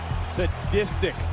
sadistic